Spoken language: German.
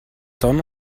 sonn